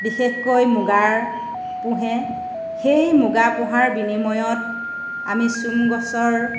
বিশেষকৈ মূগাৰ পোঁহে সেই মূগা পোঁহাৰ বিনিময়ত আমি চোম গছৰ